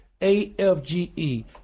AFGE